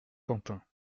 quentin